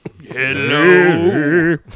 Hello